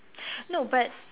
no but